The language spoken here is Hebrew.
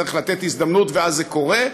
צריך לתת הזדמנות ואז זה קורה,